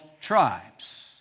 tribes